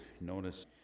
notice